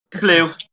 blue